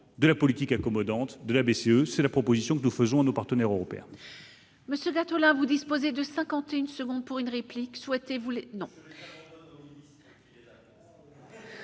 de la politique accommodante de la BCE, c'est la proposition que nous faisons nos partenaires européens. Monsieur Gattolin, vous disposez de 51 secondes pour une réplique souhaité voulait non.